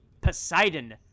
Poseidon